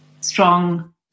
strong